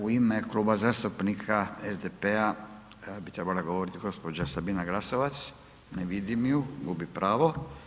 U ime Kluba zastupnika SDP-a bi trebala govorit gđa. Sabina Glasovac, ne vidim ju, gubi pravo.